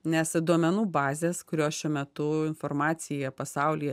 nes duomenų bazės kurios šiuo metu informacija pasaulyje